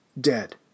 dead